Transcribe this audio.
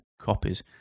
copies